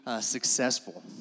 successful